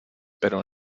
pero